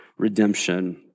redemption